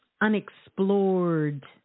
unexplored